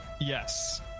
Yes